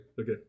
Okay